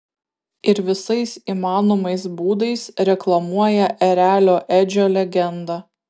ir visais įmanomais būdais reklamuoja erelio edžio legendą